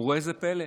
וראה זה פלא: